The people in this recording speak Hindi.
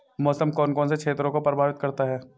मौसम कौन कौन से क्षेत्रों को प्रभावित करता है?